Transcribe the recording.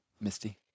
Misty